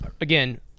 again